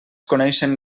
coneixen